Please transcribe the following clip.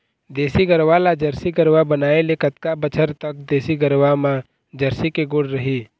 देसी गरवा ला जरसी गरवा बनाए ले कतका बछर तक देसी गरवा मा जरसी के गुण रही?